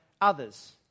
others